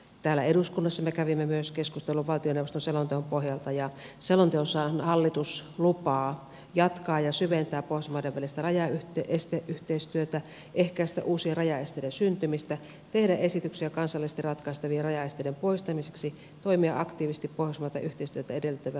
täällä eduskunnassa me kävimme myös keskustelun valtioneuvoston selonteon pohjalta ja selonteossahan hallitus lupaa jatkaa ja syventää pohjoismaiden välistä rajaesteyhteistyötä ehkäistä uusien rajaesteiden syntymistä tehdä esityksiä kansallisesti ratkaistavien rajaesteiden poistamiseksi toimia aktiivisesti pohjoismaista yhteistyötä edellyttävien rajaesteiden poistamiseksi